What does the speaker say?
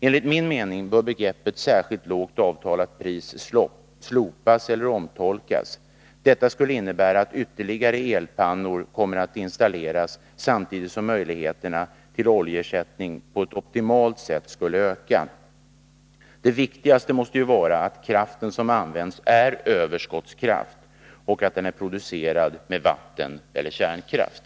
Enligt min mening bör begreppet särskilt avtalat lågt pris slopas eller omtolkas. Detta skulle innebära att ytterligare elpannor kommer att installeras, samtidigt som möjligheterna till oljeersättning på ett optimalt sätt skulle öka. Det viktigaste måste ju vara att kraften som används är överskottskraft och att den är producerad med vatteneller kärnkraft.